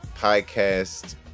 podcast